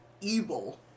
evil